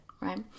right